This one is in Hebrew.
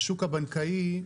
השוק הבנקאי,